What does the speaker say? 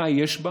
מה יש בה